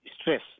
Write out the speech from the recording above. stress